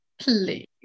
Please